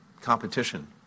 competition